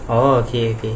oh okay okay